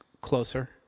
closer